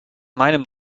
meinem